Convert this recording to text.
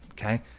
okay?